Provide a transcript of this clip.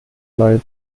leid